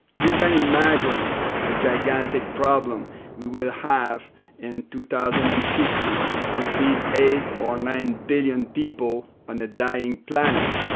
you can imagine the gigantic problem we will have in two thousand and fifty to feed eight or nine billion people on a dying planet.